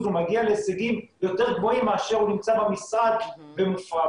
הוא מגיע להישגים יותר גבוהים מאשר הוא נמצא במשרד ומופרע.